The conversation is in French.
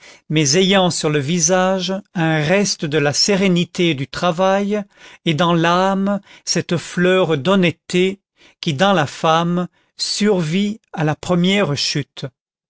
mais ayant sur le visage un reste de la sérénité du travail et dans l'âme cette fleur d'honnêteté qui dans la femme survit à la première chute